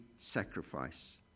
sacrifice